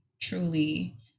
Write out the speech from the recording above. truly